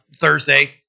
Thursday